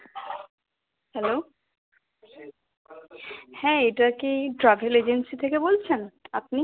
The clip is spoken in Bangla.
হ্যালো হ্যাঁ এটা কি ট্রাভেল এজেন্সি থেকে বলছেন আপনি